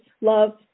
Love